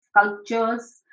sculptures